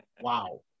Wow